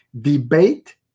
debate